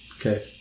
Okay